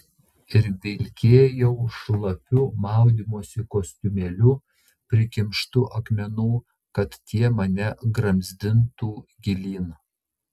ir vilkėjau šlapiu maudymosi kostiumėliu prikimštu akmenų kad tie mane gramzdintų gilyn